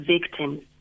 victims